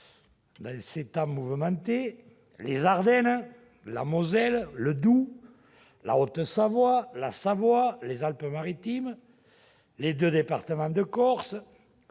des territoires : les Ardennes, la Moselle, le Doubs, la Haute-Savoie, la Savoie, les Alpes-Maritimes, les deux départements de la Corse,